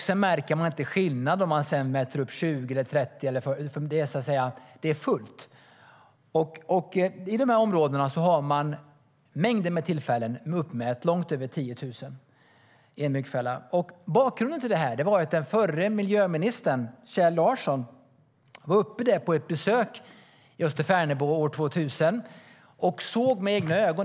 Sedan märker man ingen skillnad mellan uppmätta 20 000, 30 000 eller 40 000 - det är så att säga fullt. I de här områdena har man vid mängder med tillfällen uppmätt långt över 10 000 myggor i en myggfälla. Bakgrunden till det här är att den förra miljöministern Kjell Larsson var på besök i Österfärnebo år 2000 och såg det hela med egna ögon.